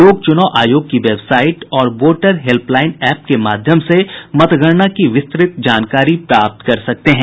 लोग चुनाव आयोग की वेबसाइट और वोटर हेल्पलाईन एप्प के माध्यम से मतगणना की विस्तृत जानकारी प्राप्त कर सकते हैं